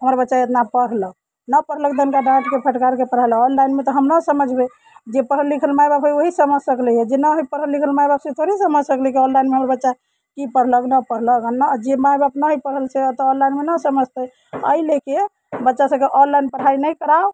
हमर बच्चा एतना पढ़लक नहि पढ़लक तऽ डाँटिके फटकारिके पढ़ेलक ऑनलाइनमे तऽ हम नहि समझबै जे पढ़ल लिखल माइ बाप हइ ओहे समझि सकलै जे नहि हइ पढ़ल लिखल माइ बाप से थोड़े समझि सकलै कि ऑनलाइनमे हमर बच्चा की पढ़लक नहि पढ़लक आओर जे माइ बाप नहि हइ पढ़ल से तऽ ऑनलाइनमे नहि समझतै एहि लऽ कऽ बच्चासबके ऑनलाइन पढ़ाइ नहि कराउ